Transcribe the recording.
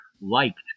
liked